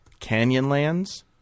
Canyonlands